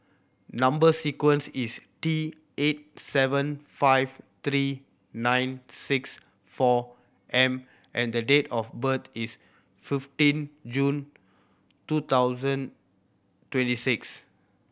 number sequence is T eight seven five three nine six four M and the date of birth is fifteen June two thousand twenty six